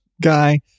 guy